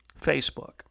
Facebook